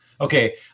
Okay